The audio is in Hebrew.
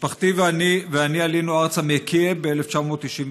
משפחתי ואני עלינו ארצה מקייב ב-1991.